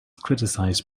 criticized